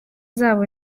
zabo